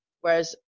Whereas